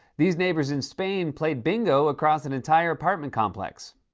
these neighbors in spain played bingo across an entire apartment complex.